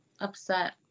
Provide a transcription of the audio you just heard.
upset